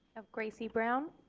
gracie brown.